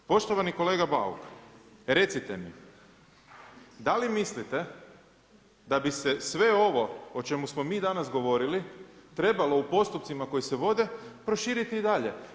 Poštovani kolega Bauk, recite mi da li mislite da bi se sve ovo o čemu smo mi danas govorili trebalo u postupcima koji se vode proširiti i dalje?